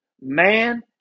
man